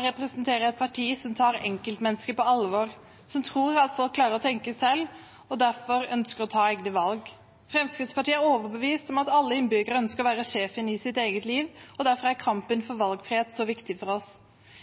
representere et parti som tar enkeltmennesket på alvor, som tror at folk klarer å tenke selv og derfor ønsker å ta egne valg. Fremskrittspartiet er overbevist om at alle innbyggere ønsker å være sjefen i sitt eget liv. Derfor er kampen for valgfrihet så viktig for oss.